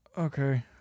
Okay